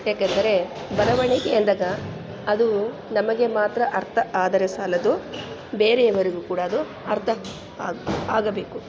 ಏಕೆಂದರೆ ಬರವಣಿಗೆ ಅಂದಾಗ ಅದು ನಮಗೆ ಮಾತ್ರ ಅರ್ಥ ಆದರೆ ಸಾಲದು ಬೇರೆಯವರಿಗೂ ಕೂಡ ಅದು ಅರ್ಥ ಆಗ ಆಗಬೇಕು